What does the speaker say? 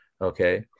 okay